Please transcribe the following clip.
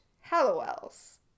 Hallowells